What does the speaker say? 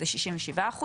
זה 67%,